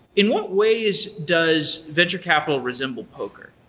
in what ways does venture capital resemble poker?